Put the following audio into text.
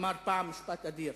אמר פעם משפט אדיר: